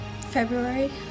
February